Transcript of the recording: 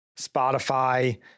Spotify